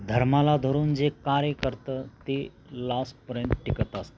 धर्माला धरून जे कार्य करतं ते लास्टपर्यंत टिकत असतं